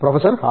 professor R